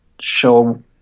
show